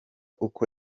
uko